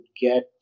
get